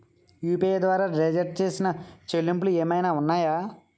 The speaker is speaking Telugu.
యు.పి.ఐ ద్వారా రిస్ట్రిక్ట్ చేసిన చెల్లింపులు ఏమైనా ఉన్నాయా?